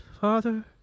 Father